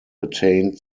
attained